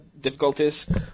difficulties